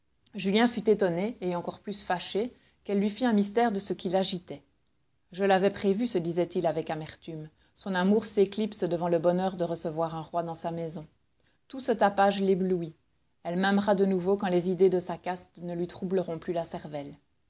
julien fut étonné et encore plus fâché qu'elle lui fit un mystère de ce qui l'agitait je l'avais prévu se disait-il avec amertume son amour s'éclipse devant le bonheur de recevoir un roi dans sa maison tout ce tapage l'éblouit elle m'aimera de nouveau quand les idées de sa caste ne lui troubleront plus la cervelle